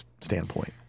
standpoint